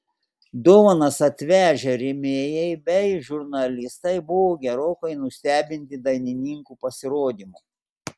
dovanas atvežę rėmėjai bei žurnalistai buvo gerokai nustebinti dainininkų pasirodymu